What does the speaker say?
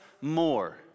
more